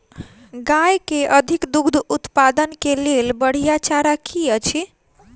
गाय केँ अधिक दुग्ध उत्पादन केँ लेल बढ़िया चारा की अछि?